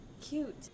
cute